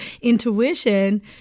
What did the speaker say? intuition